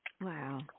Wow